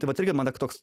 tai vat irgi man dar toks